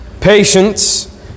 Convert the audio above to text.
patience